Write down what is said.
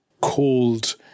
called